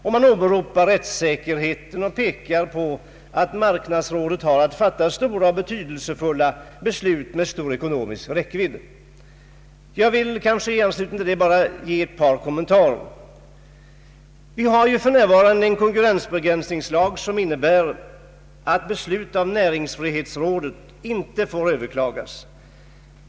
Reservanterna åberopar rättssäkerheten och pekar på att marknadsrådet har att fatta stora och betydelsefulla beslut med stor ekonomisk räckvidd. Jag vill i anslutning härtill göra ett par kommentarer. Vi har för närvarande en konkurrensbegränsningslag, som innebär att beslut av näringsfrihetsrådet inte får överklagas.